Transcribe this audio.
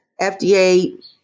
FDA